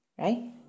right